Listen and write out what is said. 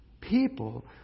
People